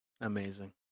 Amazing